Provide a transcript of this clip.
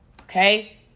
okay